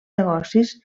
negocis